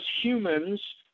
humans